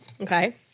Okay